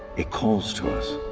it calls to us.